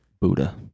buddha